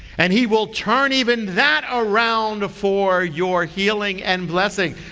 and he will turn even that around for your healing and blessing.